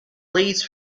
leads